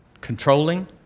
controlling